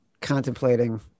contemplating